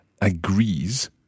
agrees